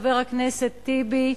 חבר הכנסת טיבי,